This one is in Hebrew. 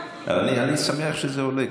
אני שמח שזה עולה,